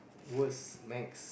worse next